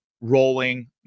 rolling